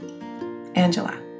Angela